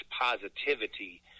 positivity